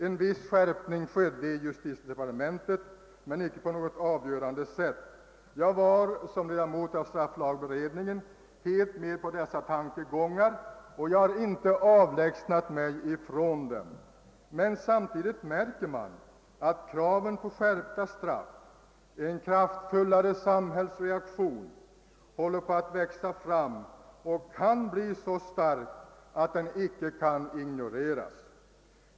En viss skärpning skedde i justitiedepartementet men icke på något avgörande sätt. Jag var som ledamot av strafflagberedningen helt med på dessa tankegångar, och jag har icke avlägsnat mig från dem. Samtidigt märker man dock att krav på skärpta straff håller på att växa fram. En sådan kraftfullare samhällsreaktion kan bli så stark, att den icke kan ignoreras.